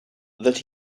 that